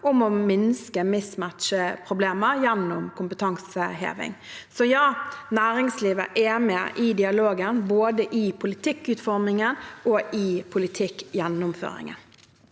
om å minske mismatchproblemer gjennom kompetanseheving. Så ja, næringslivet er med i dialogen, både i politikkutformingen og i politikkgjennomføringen.